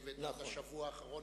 מחויבת עד השבוע האחרון